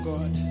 God